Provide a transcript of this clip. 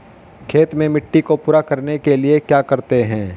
खेत में मिट्टी को पूरा करने के लिए क्या करते हैं?